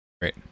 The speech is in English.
Great